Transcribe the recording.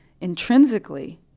intrinsically